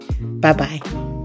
Bye-bye